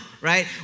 right